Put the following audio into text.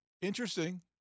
interesting